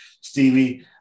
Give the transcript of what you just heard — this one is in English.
Stevie